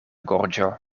gorĝo